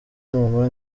mama